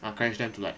encourage them to like